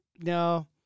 No